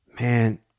man